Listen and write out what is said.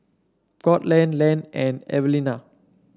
Courtland Len and Evelina